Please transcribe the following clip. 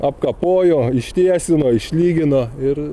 apkapojo ištiesino išlygino ir